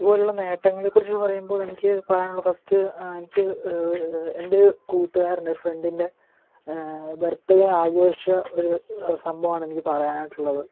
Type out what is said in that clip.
ഇതുപോലുള്ള നേട്ടങ്ങളെക്കുറിച്ച് പറയുമ്പോളെനിക്ക് പറയാനുള്ളത് ഫസ്റ്റ് എനിക്ക് എൻ്റെ കൂട്ടുകാരൻ്റെ ഫ്രണ്ടിൻ്റെ ബർത്ത് ഡേ ആഘോഷിച്ച ഒരു സംഭവമാണ് എനിക്ക് പറയാനായിട്ടുള്ളത്